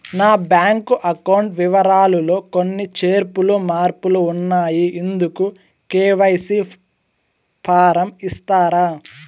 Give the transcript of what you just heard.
నా bank account వివరాలు లో కొన్ని చేర్పులు మార్పులు ఉన్నాయి, ఇందుకు కె.వై.సి ఫారం ఇస్తారా?